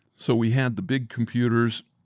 so we had the big computers,